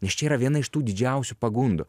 nes čia yra viena iš tų didžiausių pagundų